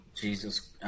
Jesus